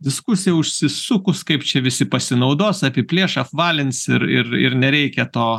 diskusija užsisukus kaip čia visi pasinaudos apiplėš apvalins ir ir ir nereikia to